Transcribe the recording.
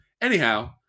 Anyhow